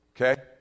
Okay